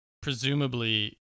presumably